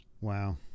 Wow